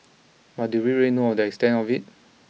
but do we really know the extent of it